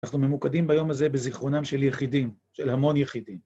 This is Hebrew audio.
אנחנו ממוקדים ביום הזה בזיכרונם של יחידים, של המון יחידים.